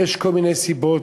יש כל מיני סיבות,